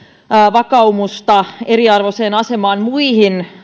vakaumusta eriarvoiseen asemaan muihin